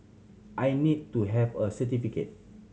I need to have a certificate